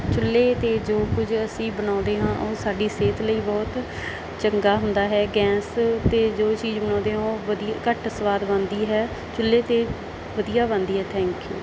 ਚੁੱਲ੍ਹੇ 'ਤੇ ਜੋ ਕੁਝ ਅਸੀਂ ਬਣਾਉਂਦੇ ਹਾਂ ਉਹ ਸਾਡੀ ਸਿਹਤ ਲਈ ਬਹੁਤ ਚੰਗਾ ਹੁੰਦਾ ਹੈ ਗੈਂਸ 'ਤੇ ਜੋ ਚੀਜ਼ ਬਣਾਉਂਦੇ ਹਾਂ ਉਹ ਵਧੀਆ ਘੱਟ ਸਵਾਦ ਬਣਦੀ ਹੈ ਚੁੱਲ੍ਹੇ 'ਤੇ ਵਧੀਆ ਬਣਦੀ ਹੈ ਥੈਂਕ ਯੂ